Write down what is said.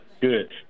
Good